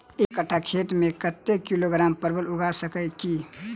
एक कट्ठा खेत मे कत्ते किलोग्राम परवल उगा सकय की??